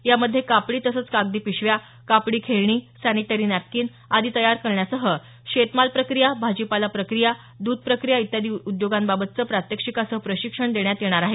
यामध्ये कापडी तसंच कागदी पिशव्या कापडी खेळणी सॅनीटरी नॅपकीन आदी तयार करण्यासह शेतमाल प्रक्रिया भाजीपाला प्रक्रिया दग्ध प्रक्रिया इत्यादी उद्योगांबाबतचं प्रात्यक्षिकासह प्रशिक्षण देण्यात येणार आहे